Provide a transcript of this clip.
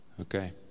okay